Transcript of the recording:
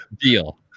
Deal